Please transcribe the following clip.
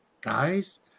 guys